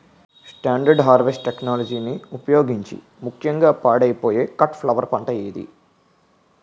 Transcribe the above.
Standard harvest టెక్నాలజీని ఉపయోగించే ముక్యంగా పాడైపోయే కట్ ఫ్లవర్ పంట ఏది?